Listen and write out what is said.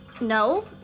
No